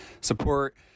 support